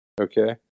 okay